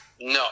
No